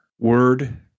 Word